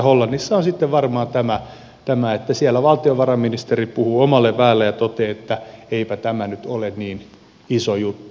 hollannissa on sitten varmaan tämä että siellä valtiovarainministeri puhuu omalle väelleen ja toteaa että eipä tämä nyt ole niin iso juttu